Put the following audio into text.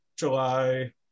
July